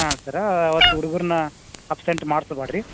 ಹಾಂ ಸರ್ ಅವತ್ತು ಹುಡುಗುರ್ನ ಆಬ್ಸೆಂಟ್ ಮಾಡಿಸ್ಬ್ಯಾಡ್ರಿ